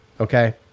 okay